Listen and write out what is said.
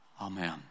Amen